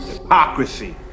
Hypocrisy